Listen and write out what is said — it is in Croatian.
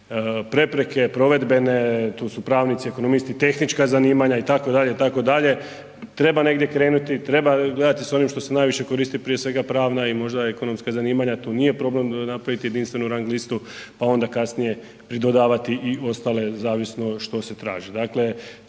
prepreke, provedbene, tu su pravnici, ekonomisti, tehnička zanimanja itd., itd., treba negdje krenuti, treba gledati sa onim što se najviše koristi, prije svega pravna i možda ekonomska zanimanja, tu nije problem napraviti jedinstvenu rang listu pa onda kasnije pridodavati i ostale zavisno što se traži.